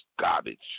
garbage